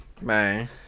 Man